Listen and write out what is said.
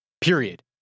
Period